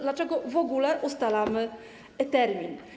Dlaczego w ogóle ustalamy termin?